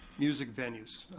music venues,